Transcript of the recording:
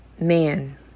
man